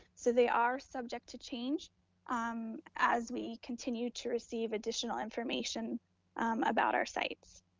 so they are subject to change um as we continue to receive additional information about our sites.